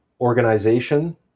organization